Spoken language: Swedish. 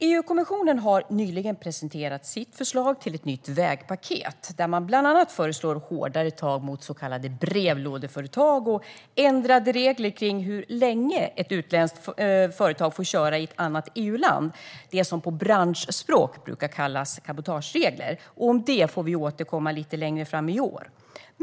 EU-kommissionen har nyligen presenterat sitt förslag till nytt vägpaket, där man bland annat föreslår hårdare tag mot så kallade brevlådeföretag och ändrade regler när det gäller hur länge ett utländskt företag får köra i ett annat EU-land, det som på branschspråk brukar kallas cabotageregler. Till detta får vi återkomma lite längre fram i år.